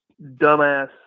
dumbass